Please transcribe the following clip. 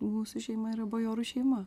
mūsų šeima yra bajorų šeima